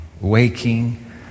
waking